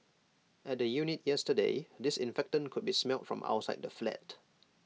at the unit yesterday disinfectant could be smelt from outside the flat